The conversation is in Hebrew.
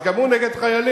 אז גם הוא נגד חיילים?